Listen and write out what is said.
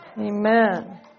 Amen